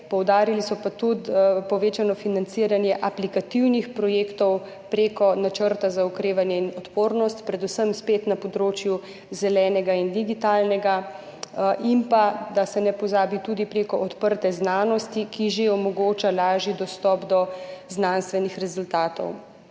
poudarili so pa tudi povečano financiranje aplikativnih projektov prek Načrta za okrevanje in odpornost, predvsem spet na področju zelenega in digitalnega in da se ne pozabi, tudi prek odprte znanosti, ki že omogoča lažji dostop do znanstvenih rezultatov.